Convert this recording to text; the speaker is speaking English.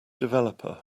developer